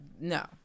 No